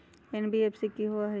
NBFC कि होअ हई?